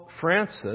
Francis